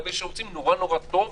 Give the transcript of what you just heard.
רוצים טוב,